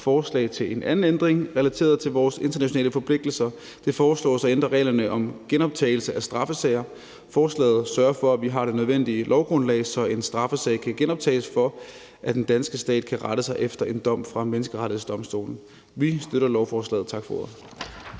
forslag til en anden ændring relateret til vores internationale forpligtelser. Det foreslås at ændre reglerne om genoptagelse af straffesager. Forslaget sørger for, at vi har det nødvendige lovgrundlag, så en straffesag kan genoptages, for at den danske stat kan rette sig efter en dom fra Menneskerettighedsdomstolen. Vi støtter lovforslaget. Tak for ordet.